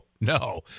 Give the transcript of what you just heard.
no